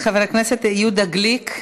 חבר הכנסת יהודה גליק,